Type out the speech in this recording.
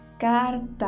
Carta